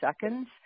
seconds